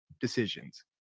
decisions